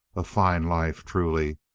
a fine life, truly!